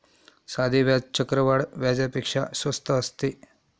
साधे व्याज चक्रवाढ व्याजापेक्षा स्वस्त असते